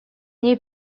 ней